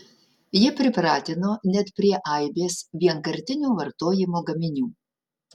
ji pripratino net prie aibės vienkartinio vartojimo gaminių